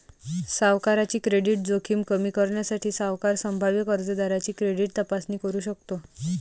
सावकाराची क्रेडिट जोखीम कमी करण्यासाठी, सावकार संभाव्य कर्जदाराची क्रेडिट तपासणी करू शकतो